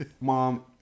Mom